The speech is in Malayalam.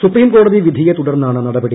സുപ്രീംകോടതി വിധിയെ തുടർന്നാണ് നടപടി